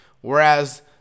whereas